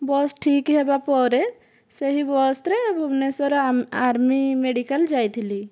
bus ଠିକ ହେବା ପରେ ସେହି ବସରେ ଭୁବନେଶ୍ୱର ଆର୍ମି ମେଡ଼ିକାଲ ଯାଇଥିଲି